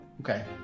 Okay